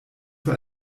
für